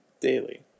Daily